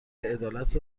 عدالت